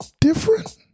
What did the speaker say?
different